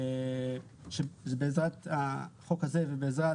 שבעזרת החוק הזה ובעזרת